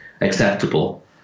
acceptable